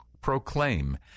proclaim